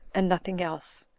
and nothing else.